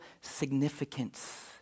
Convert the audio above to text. significance